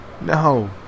No